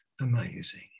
amazing